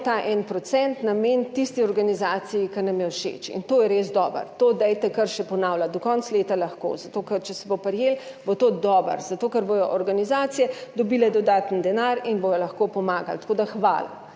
ta 1 % nameniti tisti organizaciji, ki nam je všeč in to je res dobro, to dajte kar še ponavljati, do konca leta lahko, zato ker če se bo prijelo, bo to dobro, zato ker bodo organizacije dobile dodaten denar in bodo lahko pomagali, tako da hvala.